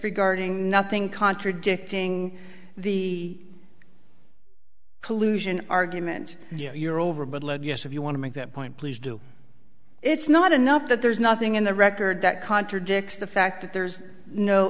regarding nothing contradicting the collusion argument you're over but let us if you want to make that point please do it's not enough that there's nothing in the record that contradicts the fact that there's no